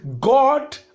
God